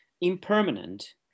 impermanent